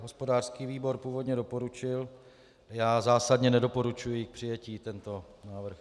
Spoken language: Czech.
Hospodářský výbor původně doporučil, já zásadně nedoporučuji k přijetí tento návrh.